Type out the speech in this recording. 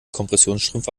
kompressionsstrümpfe